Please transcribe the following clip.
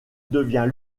devient